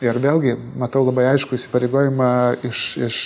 ir vėlgi matau labai aiškų įsipareigojimą iš iš